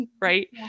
right